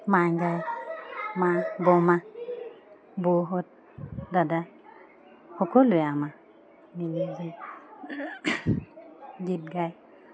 মায়ে গায় মা বৰমা বৌহঁত দাদা সকলোৱে আমাৰ গীত গায়